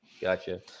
Gotcha